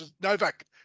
Novak